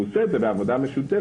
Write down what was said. הוא עושה את זה בעבודה משותפת,